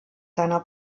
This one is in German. seiner